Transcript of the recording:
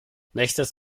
nächstes